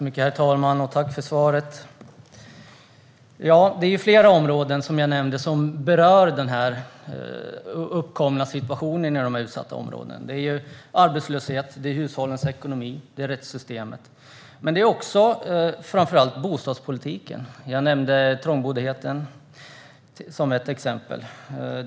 Herr talman! Jag tackar för svaret. Jag nämnde flera faktorer som berör den uppkomna situationen i de här utsatta områdena. Det gäller arbetslöshet, hushållens ekonomi och rättssystemet, men det gäller framför allt bostadspolitiken. Jag nämnde trångboddheten som ett exempel.